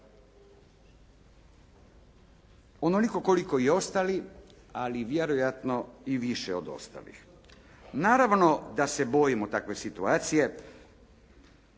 onoliko koliko i ostali, ali vjerojatno i više od ostalih. Naravno da se bojimo takve situacije,